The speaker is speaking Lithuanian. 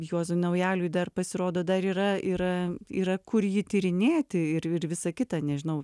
juozui naujaliui dar pasirodo dar yra yra yra kur jį tyrinėti ir ir visa kita nežinau